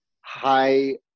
high